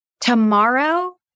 tomorrow